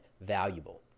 valuable